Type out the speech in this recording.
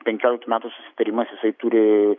penkioliktųjų metų susitarimas jisai turi